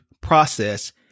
process